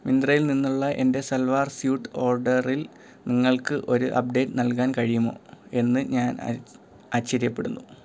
മിന്ത്രയിൽ നിന്നുള്ള എൻ്റെ സൽവാർ സ്യൂട്ട് ഓർഡറിൽ നിങ്ങൾക്ക് ഒരു അപ്ഡേറ്റ് നൽകാൻ കഴിയുമോ എന്ന് ഞാൻ ആച് ആശ്ചര്യപ്പെടുന്നു